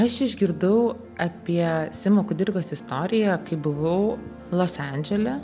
aš išgirdau apie simo kudirkos istoriją kai buvau los andžele